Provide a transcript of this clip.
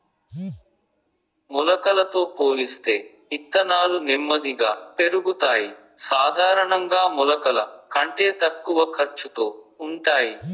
మొలకలతో పోలిస్తే ఇత్తనాలు నెమ్మదిగా పెరుగుతాయి, సాధారణంగా మొలకల కంటే తక్కువ ఖర్చుతో ఉంటాయి